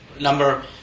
number